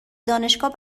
دانشگاه